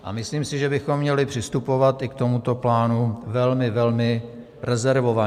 A myslím si, že bychom měli přistupovat i k tomuto plánu velmi, velmi rezervovaně.